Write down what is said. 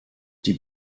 die